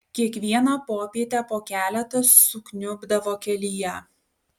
kiekvieną popietę po keletą sukniubdavo kelyje